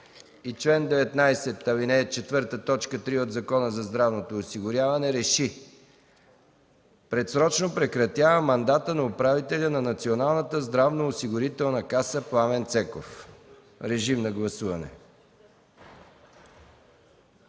ал. 4, т. 3 от Закона за здравното осигуряване РЕШИ: 1. Предсрочно прекратява мандата на управителя на Националната здравноосигурителна каса Пламен Цеков”. Режим на гласуване.